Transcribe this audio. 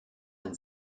ein